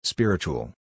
Spiritual